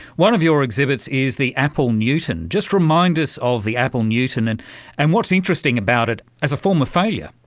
one of your exhibits is the apple newton. just remind us of the apple newton and and what's interesting about it as a form of failure.